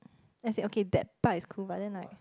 as it okay that part is cool but then like